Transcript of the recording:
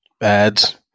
Ads